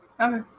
Okay